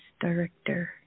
Director